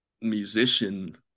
musician